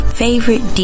favorite